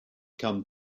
come